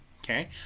Okay